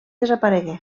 desaparegué